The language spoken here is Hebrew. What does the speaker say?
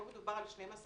פה מדובר על 12 חודשים.